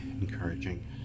encouraging